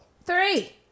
three